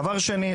דבר שני,